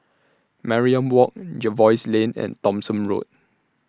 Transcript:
Mariam Walk Jervois Lane and Thomson Road